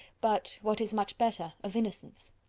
but, what is much better, of innocence.